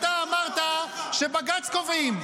אתה אמרת שבג"ץ קובעים.